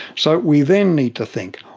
so we then need to think,